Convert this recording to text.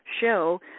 show